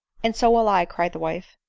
and so will i, cried the wife.